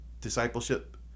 discipleship